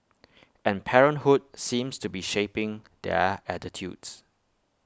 and parenthood seems to be shaping their attitudes